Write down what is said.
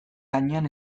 gainean